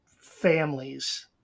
families